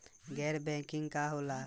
गैर बैंकिंग का होला?